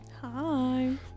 Hi